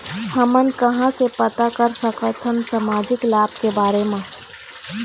हमन कहां से पता कर सकथन सामाजिक लाभ के भरे बर मा?